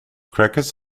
crackers